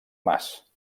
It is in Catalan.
mas